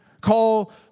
Call